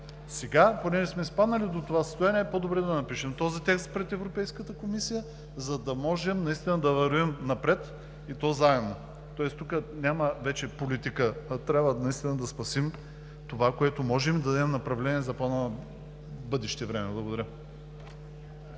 Сега понеже сме изпаднали в това състояние по-добре да напишем този текст пред Европейската комисия, за да можем наистина да вървим напред, и то заедно. Тоест тук няма вече политика, а трябва наистина да спасим това, което можем и да дадем направление за бъдеще време. Благодаря.